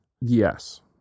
Yes